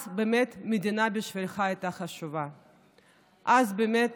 אז, המדינה באמת הייתה חשובה בשבילך, אז באמת